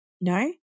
No